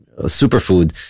superfood